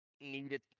needed